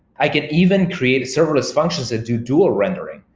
i can even create serverless functions that do dual rendering.